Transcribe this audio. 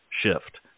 shift